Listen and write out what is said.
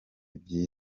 byiza